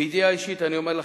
מידיעה אישית אני אומר לכם,